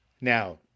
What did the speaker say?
Now